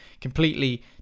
completely